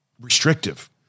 restrictive